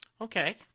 Okay